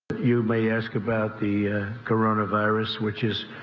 you may ask about the ah coronavirus which is.